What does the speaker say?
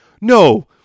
No